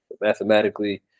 mathematically